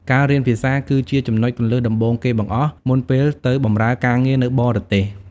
ការរៀនភាសាគឺជាចំណុចគន្លឹះដំបូងគេបង្អស់ មុនពេលទៅបម្រើការងារនៅបរទេស។